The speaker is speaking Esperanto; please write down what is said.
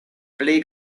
pli